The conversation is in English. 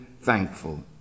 thankful